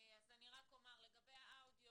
אני רק אומר, לגבי האודיו